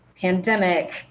pandemic